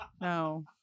No